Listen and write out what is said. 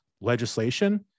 legislation